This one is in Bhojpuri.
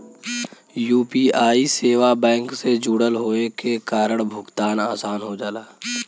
यू.पी.आई सेवा बैंक से जुड़ल होये के कारण भुगतान आसान हो जाला